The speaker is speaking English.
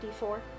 d4